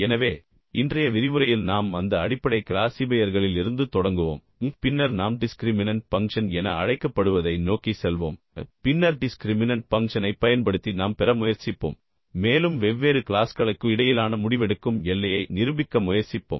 எனவே இன்றைய விரிவுரையில் நாம் அந்த அடிப்படை கிளாசிஃபையர்களிலிருந்து தொடங்குவோம் பின்னர் நாம் டிஸ்க்ரிமினன்ட் பங்க்ஷன் என அழைக்கப்படுவதை நோக்கிச் செல்வோம் பின்னர் டிஸ்க்ரிமினன்ட் பங்க்ஷனைப் பயன்படுத்தி நாம் பெற முயற்சிப்போம் மேலும் வெவ்வேறு க்ளாஸ்களுக்கு இடையிலான முடிவெடுக்கும் எல்லையை நிரூபிக்க முயற்சிப்போம்